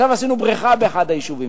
עכשיו עשינו בריכה באחד היישובים.